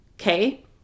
Okay